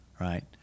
Right